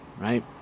right